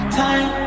time